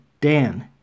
Dan